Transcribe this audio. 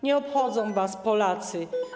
Nie obchodzą was Polacy.